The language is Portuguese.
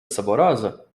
saborosa